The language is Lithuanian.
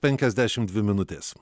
penkiasdešimt dvi minutės